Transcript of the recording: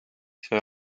see